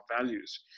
values